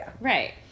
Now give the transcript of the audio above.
Right